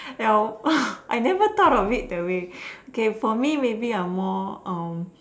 well I never thought of it that way okay for me maybe I am more um